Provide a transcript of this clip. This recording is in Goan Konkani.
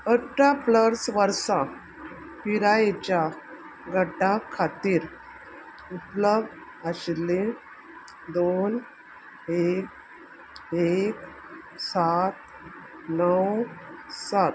अठरा प्लस वर्सां पिरायेच्या गटा खातीर उपलब्ध आशिल्ली दोन एक एक सात णव सात